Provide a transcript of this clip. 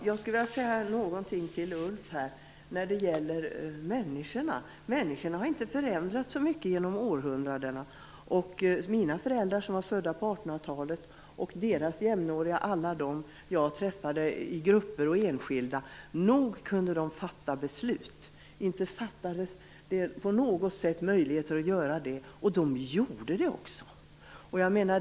Fru talman! Jag vill säga en sak till Ulf Kristersson. Människorna har inte förändrats så mycket genom århundradena. Nog kunde mina föräldrar, som var födda på 1800-talet, och deras jämnåriga - alla de som jag träffade i grupper och enskilt - fatta beslut. Det fattades inte möjligheter att göra det, och de gjorde det också.